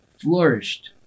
flourished